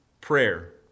prayer